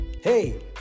Hey